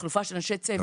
תחלופה של אנשי צוות,